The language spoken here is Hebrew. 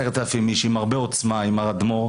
10,000 איש עם הרבה עוצמה עם האדמו"ר,